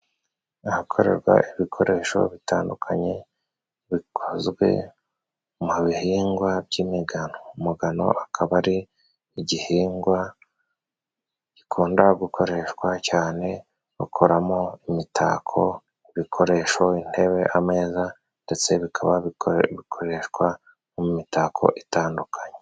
Ahakorerwa ibikoresho bitandukanye bikozwe mu bihingwa by'imigano. Umugano akaba ari igihingwa gikunda gukoreshwa cyane bakoramo imitako, bikoresho, intebe, ameza, ndetse bikaba bikoreshwa mu mitako itandukanye.